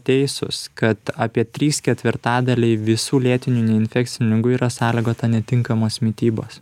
teisūs kad apie trys ketvirtadaliai visų lėtinių neinfekcinių ligų yra sąlygota netinkamos mitybos